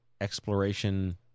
exploration